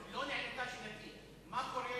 החינוך, לא נענתה שאלתי, מה קורה למורה,